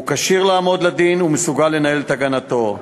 הוא כשיר לעמוד לדין ומסוגל לנהל את הגנתו.